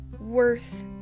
worth